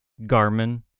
garmin